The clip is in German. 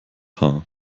haar